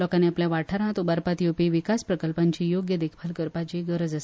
लोकांनी आपल्या वाठारांत उबारपांत येवपी विकास प्रकल्पाची योग्य देखभाल करपाचीय गरज आसा